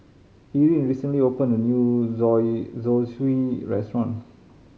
Irine recently opened a new Zosui Restaurant